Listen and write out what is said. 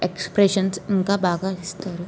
expressions ఇంకా బాగా ఇస్తారు